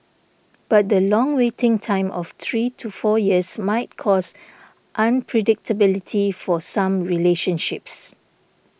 but the long waiting time of three to four years might cause unpredictability for some relationships